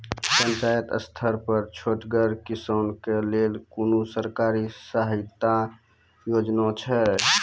पंचायत स्तर पर छोटगर किसानक लेल कुनू सरकारी सहायता योजना छै?